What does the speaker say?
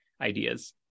ideas